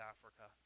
Africa